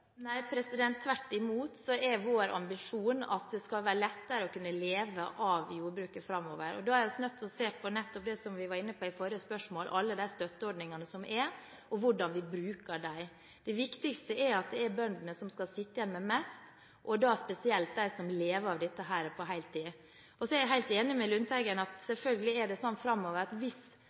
Nei – tvert imot er vår ambisjon at det skal være lettere å kunne leve av jordbruket framover. Da er vi nødt til å se på nettopp det vi var inne på i forrige spørsmål, alle de støtteordningene som er, og hvordan vi bruker dem. Det viktigste er at det er bøndene som skal sitte igjen med mest, og da spesielt de som lever av dette på heltid. Så er jeg helt enig med Lundteigen i at selvfølgelig er det sånn framover at hvis